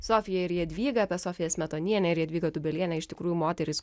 sofiją ir jadvygą apie sofiją smetonienę ir jadvyga tūbelienę iš tikrųjų moterys